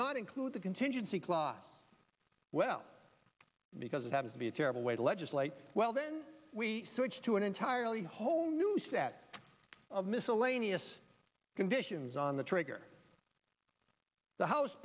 not include the contingency clause well because it happens to be a terrible way to legislate well then we switch to an entirely whole new set of miscellaneous conditions on the trigger the house